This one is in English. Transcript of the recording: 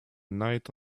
night